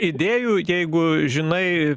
idėjų jeigu žinai